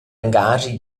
engaschi